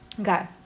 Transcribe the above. Okay